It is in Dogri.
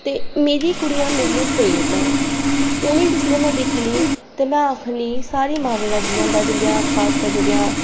ते मेरी कुड़ियां मेरी प्रेरणा न उनेंगी जिसलै में दिक्खनी ते में आखनी सारियें मावां दा जि'यां होंदा जिं'दा खासकर जेह्दियां